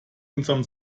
unserem